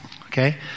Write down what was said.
Okay